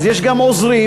אז יש גם עוזרים,